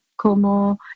Como